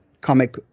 comic